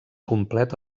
complet